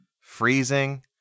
freezing